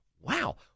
Wow